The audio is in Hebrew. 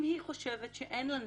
אם היא חושבת שאין לה נזק,